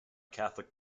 catholic